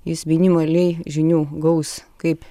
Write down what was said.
jis minimaliai žinių gaus kaip